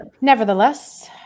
Nevertheless